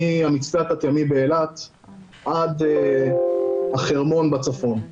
מהמצפה התת-ימי באילת עד החרמון בצפון.